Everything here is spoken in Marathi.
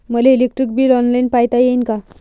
मले इलेक्ट्रिक बिल ऑनलाईन पायता येईन का?